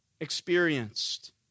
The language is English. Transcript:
experienced